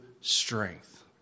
strength